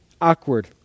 awkward